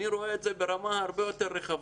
אני רואה את זה ברמה הרבה יותר רחבה.